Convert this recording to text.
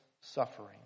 suffering